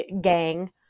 Gang